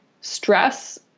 stress